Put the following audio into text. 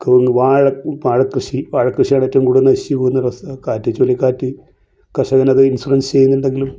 കവുങ്ങ് വാഴ വാഴ കൃഷി വാഴക്കൃഷിയാണ് ഏറ്റവും കൂടുതൽ നശിച്ച് പോകുന്നത് കർഷ കാറ്റ് ചുഴലിക്കാറ്റ് കർഷകനത് ഇൻഷുറൻസ് ചെയ്യുന്നുണ്ടെങ്കിലും